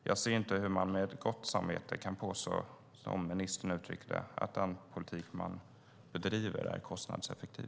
Jag ser inte hur man med gott samvete kan påstå att, som ministern uttryckte det, den politik som regeringen bedriver är kostnadseffektiv.